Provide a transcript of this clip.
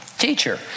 Teacher